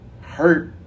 hurt